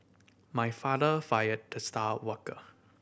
my father fired the star worker